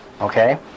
Okay